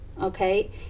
Okay